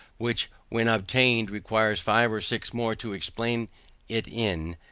which when obtained requires five or six more to explain it in,